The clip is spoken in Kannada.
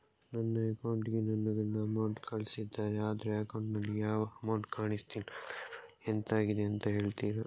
ನನ್ನ ಅಕೌಂಟ್ ಗೆ ನನ್ನ ಗಂಡ ಅಮೌಂಟ್ ಕಳ್ಸಿದ್ದಾರೆ ಆದ್ರೆ ಅಕೌಂಟ್ ನಲ್ಲಿ ಯಾವ ಅಮೌಂಟ್ ಕಾಣಿಸ್ತಿಲ್ಲ ದಯಮಾಡಿ ಎಂತಾಗಿದೆ ಅಂತ ಹೇಳ್ತೀರಾ?